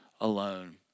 alone